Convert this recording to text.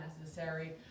necessary